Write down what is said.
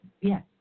yes